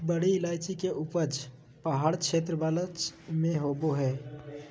बड़ी इलायची के उपज पहाड़ वाला क्षेत्र में होबा हइ